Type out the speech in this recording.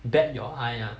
bat your eye ah